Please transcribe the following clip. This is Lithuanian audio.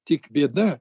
tik bėda